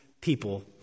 people